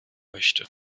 möchte